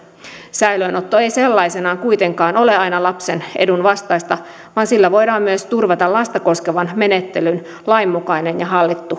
säilöönotto ei sellaisenaan kuitenkaan ole aina lapsen edun vastaista vaan sillä voidaan myös turvata lasta koskevan menettelyn lainmukainen ja hallittu